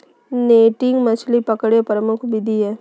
netting मछली पकडे के प्रमुख विधि हइ